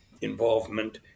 involvement